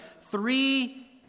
three